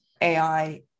AI